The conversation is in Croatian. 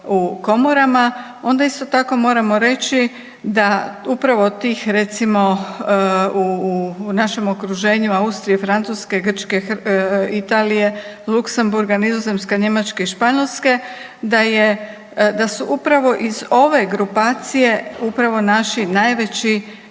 u komorama, onda isto tako moramo reći da upravo tih recimo u našem okruženju Austrije, Francuske, Grčke, Italije, Luksemburga, Nizozemske, Njemačke i Španjolske da su upravo iz ove grupacije upravo naši najveći